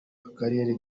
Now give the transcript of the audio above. akarere